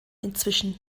inzwischen